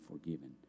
forgiven